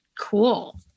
cool